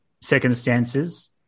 circumstances